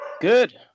good